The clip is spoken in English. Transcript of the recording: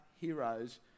heroes